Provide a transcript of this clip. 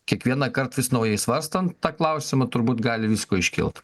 kiekvienąkart vis naujai svarstant tą klausimą turbūt gali visko iškilt